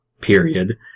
Period